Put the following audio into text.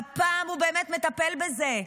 הפעם הוא באמת מטפל בזה,